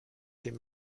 dem